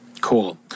Cool